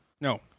No